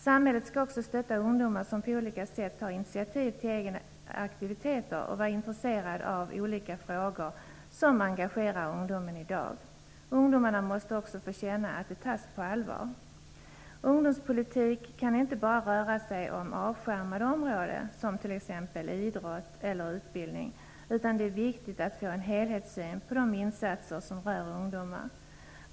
Samhället skall också stötta ungdomar som på olika sätt tar initiativ till egna aktiviteter och vara intresserat av olika frågor som engagerar ungdomen i dag. Ungdomarna måste få känna att de tas på allvar. Ungdomspolitik kan inte bara röra sig om avskärmade områden som idrott eller utbildning, utan det är viktigt att få en helhetssyn på de insatser som rör ungdomar.